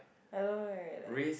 I know right like